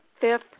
fifth